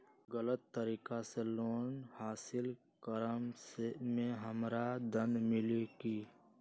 गलत तरीका से लोन हासिल कर्म मे हमरा दंड मिली कि?